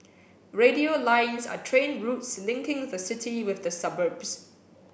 radial lines are train routes linking the city with the suburbs